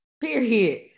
period